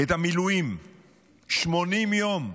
המילואים ל-80 יום?